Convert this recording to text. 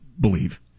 believe